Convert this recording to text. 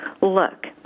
Look